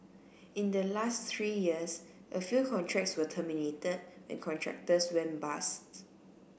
in the last three years a few contracts were terminated when contractors went bust